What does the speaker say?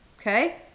okay